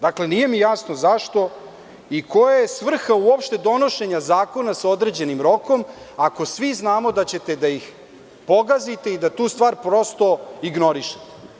Dakle, nije mi jasno zašto i koja je svrha uopšte donošenja zakona sa određenim rokom ako svi znamo da ćete da ih pogazite i da tu stvar prosto ignorišete?